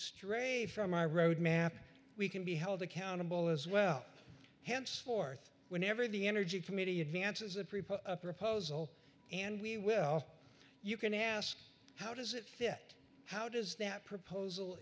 strayed from our road map we can be held accountable as well henceforth whenever the energy committee advances a prepare a proposal and we will you can ask how does it fit how does that proposal